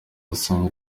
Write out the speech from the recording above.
yasomye